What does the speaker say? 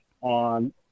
on